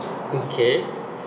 okay